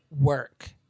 work